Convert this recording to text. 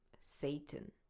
Satan